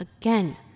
again